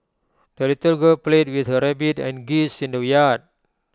the little girl played with her rabbit and geese in the yard